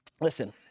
Listen